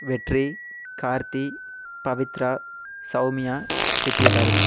வெற்றி கார்த்தி பவித்ரா சௌமியா வித்தியபாரதி